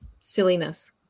silliness